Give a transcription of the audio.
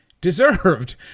deserved